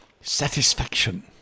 satisfaction